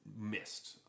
missed